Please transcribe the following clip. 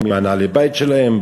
עם נעלי הבית שלהם,